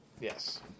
Yes